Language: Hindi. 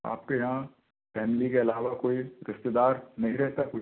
आपके यहाँ फैमिली के अलावा कोई रिश्तेदार नहीं रहता कोई